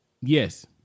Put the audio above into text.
Yes